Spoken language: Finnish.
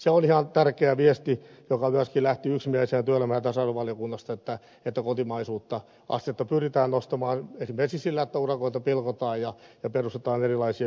se on ihan tärkeä viesti joka myöskin lähti yksimielisenä työelämä ja tasa arvovaliokunnasta että kotimaisuusastetta pyritään nostamaan esimerkiksi sillä että urakoita pilkotaan ja perustetaan erilaisia yhteenliittymiä